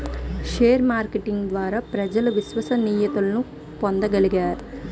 share marketing ద్వారా ప్రజలు విశ్వసనీయతను పొందగలగాలి